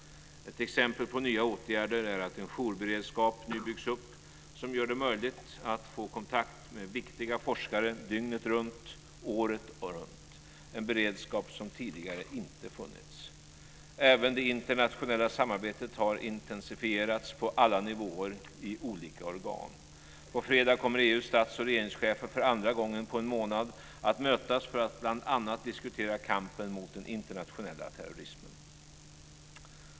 Ett exempel på nya åtgärder är att en jourberedskap nu byggs upp, som gör det möjligt att få kontakt med viktiga forskare dygnet runt och året runt, en beredskap som tidigare inte funnits. Även det internationella samarbetet har intensifierats på alla nivåer i olika organ. På fredag kommer EU:s stats och regeringschefer för andra gången på en månad att mötas för att bl.a. diskutera kampen mot den internationella terrorismen.